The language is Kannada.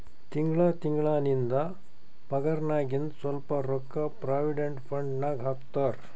ತಿಂಗಳಾ ತಿಂಗಳಾ ನಿಂದ್ ಪಗಾರ್ನಾಗಿಂದ್ ಸ್ವಲ್ಪ ರೊಕ್ಕಾ ಪ್ರೊವಿಡೆಂಟ್ ಫಂಡ್ ನಾಗ್ ಹಾಕ್ತಾರ್